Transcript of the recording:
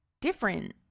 different